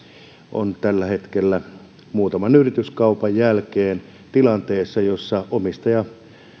on tällä hetkellä muutaman yrityskaupan jälkeen tilanteessa jossa omistaja